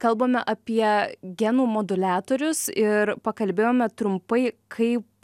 kalbame apie genų moduliatorius ir pakalbėjome trumpai kaip